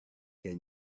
can